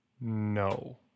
No